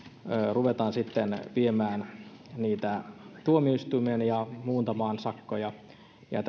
ruvetaan sitten viemään niitä tuomioistuimeen ja muuntamaan sakkoja ja